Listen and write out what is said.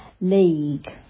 League